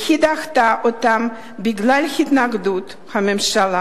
והיא דחתה אותן בגלל התנגדות הממשלה